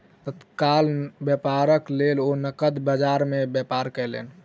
तत्काल व्यापारक लेल ओ नकद बजार में व्यापार कयलैन